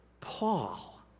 Paul